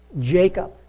Jacob